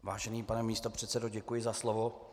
Vážený pane místopředsedo, děkuji za slovo.